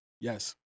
Yes